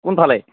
কোনফালে